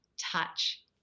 touch